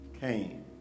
came